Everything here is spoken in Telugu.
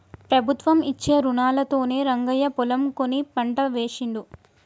ప్రభుత్వం ఇచ్చే రుణాలతోనే రంగయ్య పొలం కొని పంట వేశిండు